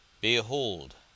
Behold